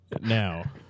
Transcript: Now